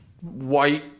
white